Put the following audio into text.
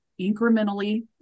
incrementally